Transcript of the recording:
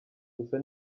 gusa